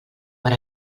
per